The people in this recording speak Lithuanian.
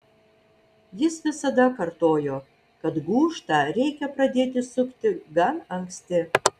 jis visada kartojo kad gūžtą reikia pradėti sukti gan anksti